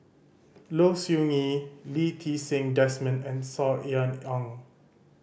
Low Siew Nghee Lee Ti Seng Desmond and Saw Ean Ang